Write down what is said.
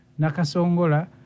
Nakasongola